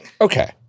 Okay